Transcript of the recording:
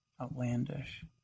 outlandish